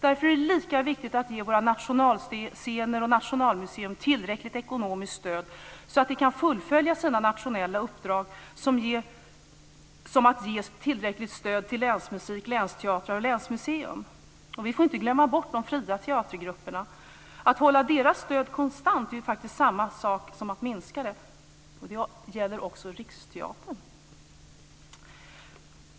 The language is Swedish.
Därför är det lika viktigt att ge våra nationalscener och Nationalmuseum tillräckligt ekonomiskt stöd så att de kan fullfölja sina nationella uppdrag som att ge tillräckligt stöd till länsmusik, länsteatrar och länsmuseer. Vi får inte glömma bort de fria teatergrupperna. Att hålla deras stöd konstant är faktiskt samma sak som att minska det. Det gäller också Riksteatern.